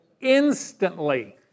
instantly